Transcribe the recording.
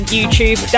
YouTube